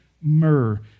myrrh